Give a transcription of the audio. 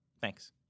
thanks